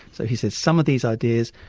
so he says, some of these ideas,